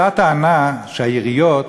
הייתה טענה שהעיריות